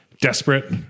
desperate